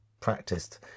practiced